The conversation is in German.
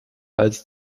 als